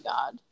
God